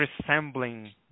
resembling